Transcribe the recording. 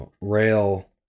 rail